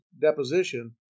deposition